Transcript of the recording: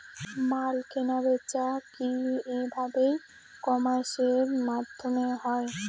মাল কেনাবেচা কি ভাবে ই কমার্সের মাধ্যমে হয়?